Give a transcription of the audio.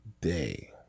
day